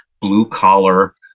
blue-collar